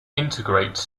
integrate